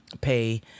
pay